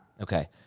Okay